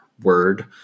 Word